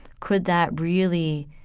could that really,